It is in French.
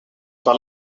par